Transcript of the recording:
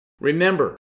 Remember